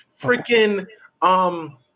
freaking